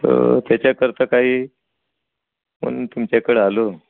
त त्याच्याकरिता काही पण तुमच्याकडं आलो